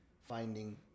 finding